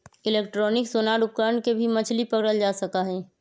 electronic sonar उपकरण से भी मछली पकड़ल जा सका हई